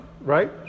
right